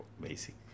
basic